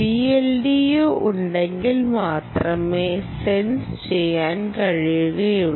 VLDO ഉണ്ടെങ്കിൽ മാത്രമെ sense ചെയ്യാൻ കഴിയുകയുള്ളൂ